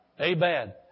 Amen